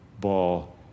ball